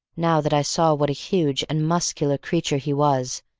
now that i saw what a huge and muscular creature he was,